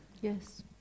yes